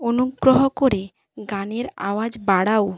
অনুগ্রহ করে গানের আওয়াজ বাড়াও